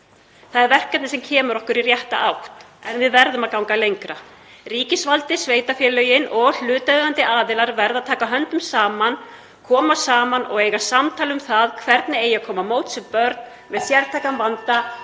Það er verkefni sem kemur okkur í rétta átt en við verðum að ganga lengra. Ríkisvaldið, sveitarfélögin og hlutaðeigandi aðilar verða að taka höndum saman, koma saman og eiga samtal um það hvernig eigi að koma (Forseti hringir.)